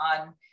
on